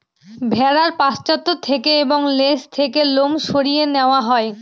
ভেড়ার পশ্চাৎ থেকে এবং লেজ থেকে লোম সরিয়ে নেওয়া হয়